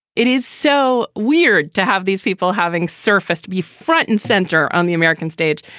it is so weird to have these people having surface to be front and center on the american stage.